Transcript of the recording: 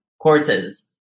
courses